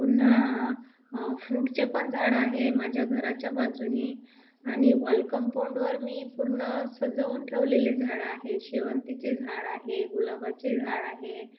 पुन्हा फ्रूटचे पण झाडं आहे माझ्या घराच्या बाजूनी आणि वॉल कम्पाऊंडवर मी पूर्ण सजवून ठेवलेले झाडं आहे शेवंतीचे झाड आहे गुलाबाचे झाड आहे